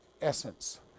essence